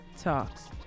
talks